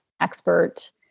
expert